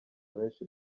benshi